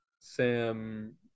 Sam